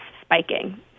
spiking